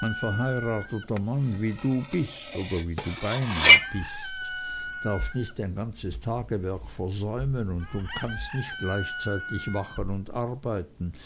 ein verheirateter mann wie du bist oder wie du beinah bist darf nicht ein ganzes tagewerk versäumen und du kannst nicht gleichzeitig wachen und arbeiten